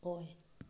ꯑꯣꯏ